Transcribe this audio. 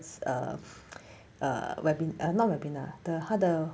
err err webi~ not webinar the 他的